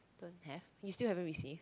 don't have you still haven't receive